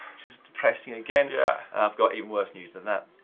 which is depressing again. yeah i've got even worse news than that.